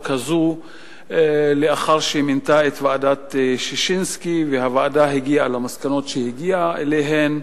הזו לאחר שמינתה את ועדת-ששינסקי והוועדה הגיעה למסקנות שהגיעה אליהן.